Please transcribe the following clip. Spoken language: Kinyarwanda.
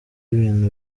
ibintu